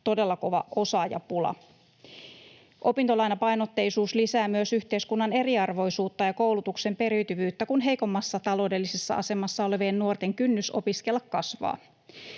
todella kova osaajapula. Opintolainapainotteisuus lisää myös yhteiskunnan eriarvoisuutta ja koulutuksen periytyvyyttä, kun heikommassa taloudellisessa asemassa olevien nuorten kynnys opiskella kasvaa.